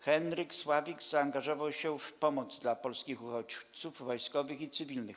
Henryk Sławik zaangażował się w pomoc dla polskich uchodźców wojskowych i cywilnych.